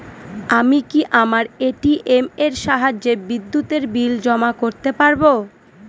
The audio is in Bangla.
আমি কি আমার এ.টি.এম এর সাহায্যে বিদ্যুতের বিল জমা করতে পারব?